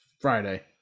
Friday